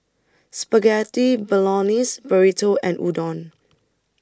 Spaghetti Bolognese Burrito and Udon